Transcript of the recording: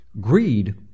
greed